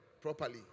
properly